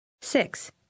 Six